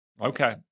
Okay